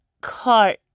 cart